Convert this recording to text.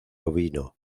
ovino